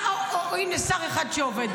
אוה, הינה, שר אחד שעובד.